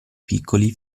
piccoli